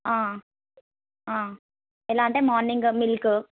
ఎలా అంటే morning milk